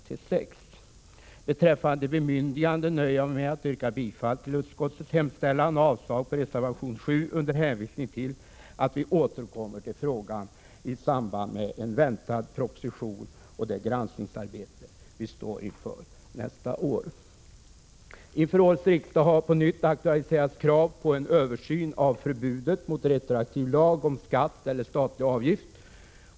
Beträffande bemyndiganden till regeringen och förvaltningsmyndigheter nöjer jag mig med att yrka bifall till utskottets hemställan och avslag på reservation 7, under hänvisning till att vi återkommer till frågan i samband med en väntad proposition och det granskningsarbete som vi står inför nästa år. Inför årets riksmöte har på nytt aktualiserats krav på en översyn av förbudet mot retroaktiv lag om skatt eller statlig avgift.